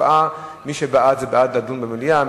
מי שבעד, זה בעד לדון במליאה.